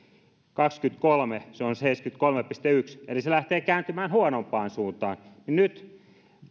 ja kaksituhattakaksikymmentäkolme se on seitsemänkymmentäkolme pilkku yksi eli se lähtee kääntymään huonompaan suuntaan niin nyt